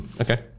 Okay